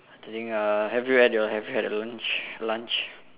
the thing uh have you had have you had your lunch lunch